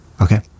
Okay